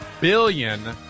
billion